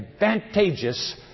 advantageous